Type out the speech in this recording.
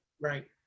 Right